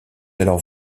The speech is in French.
alors